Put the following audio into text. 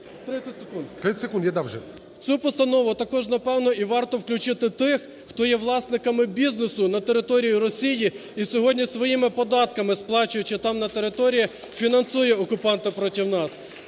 Т.Т. В цю постанову а також, напевно, і варто включити тих, хто є власниками бізнесу на території Росії і, сьогодні своїми податками сплачуючи там на території, фінансує окупанта проти нас.